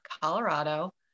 Colorado